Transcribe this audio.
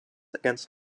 against